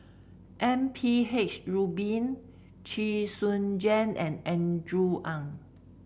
M P H Rubin Chee Soon Juan and Andrew Ang